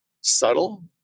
subtle